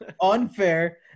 unfair